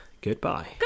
goodbye